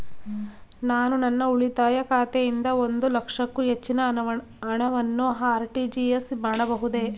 ನಾನು ನನ್ನ ಉಳಿತಾಯ ಖಾತೆಯಿಂದ ಒಂದು ಲಕ್ಷಕ್ಕೂ ಹೆಚ್ಚಿನ ಹಣವನ್ನು ಆರ್.ಟಿ.ಜಿ.ಎಸ್ ಮಾಡಬಹುದೇ?